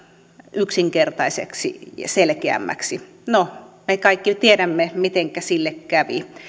yksinkertaiseksi ja selkeämmäksi no me kaikki tiedämme mitenkä sille kävi